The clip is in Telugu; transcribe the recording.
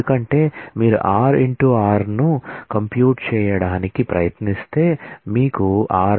ఎందుకంటే మీరు r × r ను కంప్యూట్ చేయడానికి ప్రయత్నిస్తే మీకు r